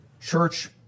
church